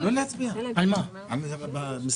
אני חייב להגיד את זה כאן בוועדה.